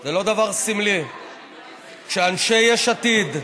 זה לא דבר סמלי שאנשי יש עתיד,